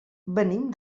venim